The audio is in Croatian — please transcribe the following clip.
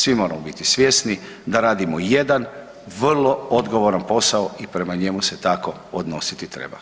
Svi moramo biti svjesni da radimo jedan vrlo odgovoran posao i prema njemu se tako odnositi treba.